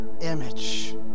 image